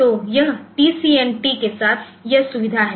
तो यह TCNT के साथ यह सुविधा है